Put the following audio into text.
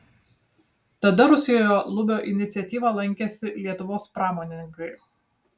tada rusijoje lubio iniciatyva lankėsi lietuvos pramonininkai